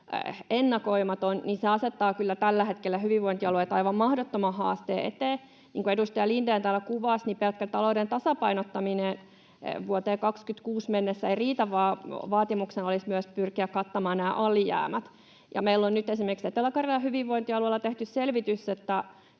ennakoimaton, niin se asettaa kyllä tällä hetkellä hyvinvointialueet aivan mahdottoman haasteen eteen. Niin kuin edustaja Lindén täällä kuvasi, niin pelkkä talouden tasapainottaminen vuoteen 26 mennessä ei riitä, vaan vaatimuksena olisi myös pyrkiä kattamaan nämä alijäämät. Ja meillä on nyt esimerkiksi Etelä-Karjalan hyvinvointialueella tehty selvitys, että